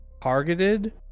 targeted